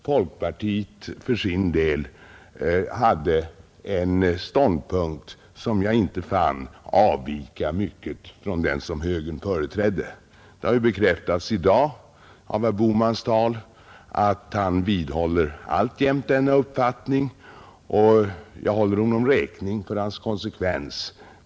Folkpartiet hade för sin del en ståndpunkt som jag inte fann avvika mycket från den som högern företrädde, Det har ju bekräftats i dag av herr Bohmans tal att han alltjämt vidhåller denna uppfattning, och jag håller honom räkning för hans konsekvens.